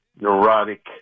neurotic